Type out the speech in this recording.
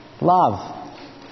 Love